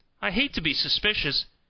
i hate to be suspicious,